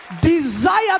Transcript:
Desire